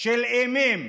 אימים